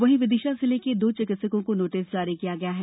वहीं विदिशा जिले के दो चिकित्सकों को नोटिस जारी किया गया है